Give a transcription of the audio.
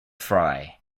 frye